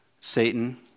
Satan